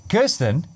Kirsten